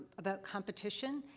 about competition.